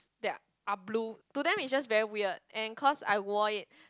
that are are blue to them is just very weird and cause I wore it